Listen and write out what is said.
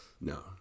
No